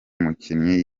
mukinnyi